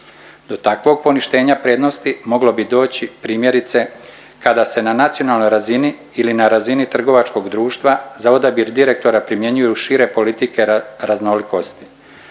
Do takvog poništenja prednosti moglo bi doći primjerice kada se na nacionalnoj razini ili na razini trgovačkog društva za odabir direktora primjenjuju šire politike raznolikosti.